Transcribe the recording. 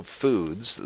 foods